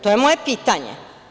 To je moje pitanje.